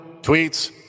tweets